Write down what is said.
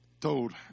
told